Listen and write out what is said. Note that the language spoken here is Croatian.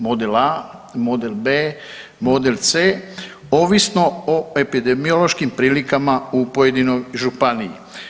Model A, model B, model C ovisno o epidemiološkim prilikama u pojedinoj županiji.